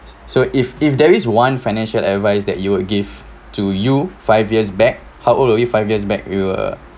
so if if there is one financial advice that you would give to you five years back how old were you five years back you were